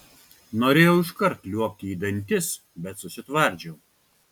norėjau iškart liuobti į dantis bet susitvardžiau